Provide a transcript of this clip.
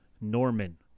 Norman